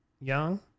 Young